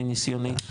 מניסיוני,